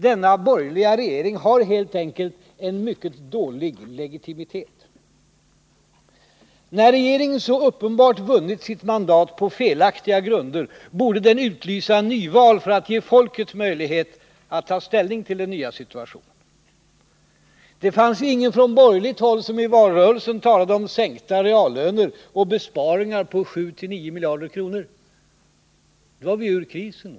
Denna borgerliga regering har helt enkelt en mycket dålig legitimitet. När regeringen så uppenbart vunnit sitt mandat på felaktiga grunder borde den utlysa nyval för att ge folket möjlighet att ta ställning till den nya situationen. Det fanns ingen från borgerligt håll som i valrörelsen talade om sänkta reallöner och besparingar på 7-9 miljarder kronor — då var vi ju ur krisen.